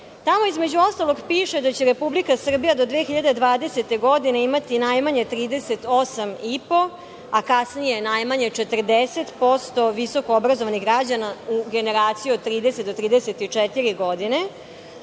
između ostalog piše da će Republika Srbija do 2020. godine imati najmanje 38,5 a kasnije najmanje 40% visokoobrazovanih građana u generaciji od 30 do 34 godine.